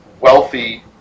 wealthy